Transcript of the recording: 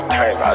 time